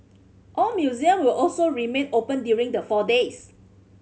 all museum will also remain open during the four days